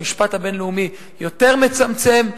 המשפט הבין-לאומי יותר מצמצם.